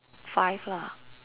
five lah